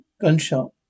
Gunshot